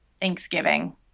Thanksgiving